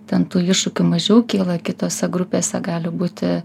ten tų iššūkių mažiau kyla kitose grupėse gali būti